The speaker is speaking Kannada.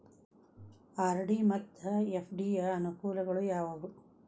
ಆರ್.ಡಿ ಮತ್ತು ಎಫ್.ಡಿ ಯ ಅನುಕೂಲಗಳು ಯಾವವು?